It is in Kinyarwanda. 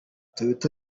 toyota